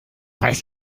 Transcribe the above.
weiß